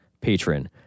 patron